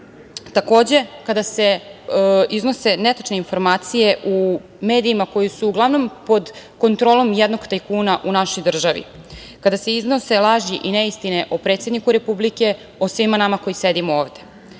takođe, kada se iznose netačne informacije u medijima koji su uglavnom pod kontrolom jednog tajkuna u našoj državi, kada se iznose laži i neistine o predsedniku Republike, o svima nama koji sedimo